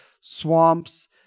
swamps